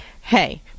hey